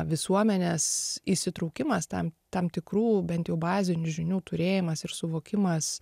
visuomenės įsitraukimas tam tam tikrų bent jau bazinių žinių turėjimas ir suvokimas